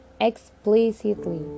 explicitly